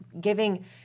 giving